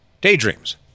Daydreams